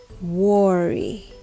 Worry